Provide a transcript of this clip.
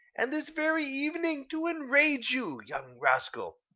and this very evening, to enrage you, young rascal!